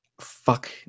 fuck